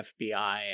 FBI